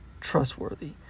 trustworthy